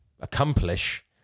accomplish